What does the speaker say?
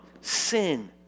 sin